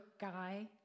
guy